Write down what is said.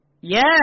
Yes